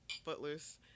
footloose